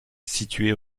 située